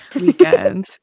weekend